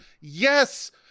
Yes